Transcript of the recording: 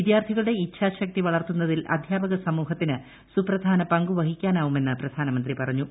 വിദ്യാർത്ഥികളുടെ ഇഛാശക്തി വളർത്തുന്നതിൽ അധ്യാപക സമൂഹത്തിന് സൂപ്രധാന പങ്കുവഹിക്കാനാവുമെന്ന് പ്രധാനമന്ത്രി പറഞ്ഞു